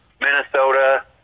Minnesota